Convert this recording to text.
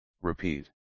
repeat